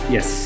Yes